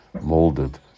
molded